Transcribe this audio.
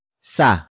sa